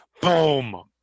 boom